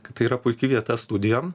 kad tai yra puiki vieta studijom